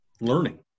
learning